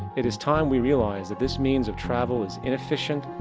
it is time we realized that this means of travel is inefficient,